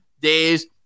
days